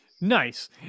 Nice